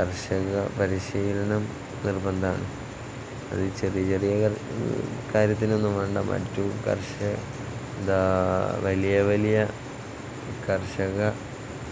കർഷക പരിശീലനം നിർബന്ധമാണ് അത് ചെറിയ ചെറിയ കാര്യത്തിനൊന്നും വേണ്ട മറ്റു കർഷക എന്താ വലിയ വലിയ കർഷക